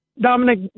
Dominic